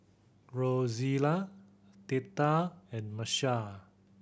Rozella Theta and Marshall